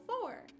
four